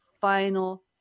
final